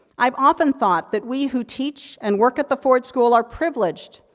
i've often thought that we who teach, and work at the ford school, are privileged,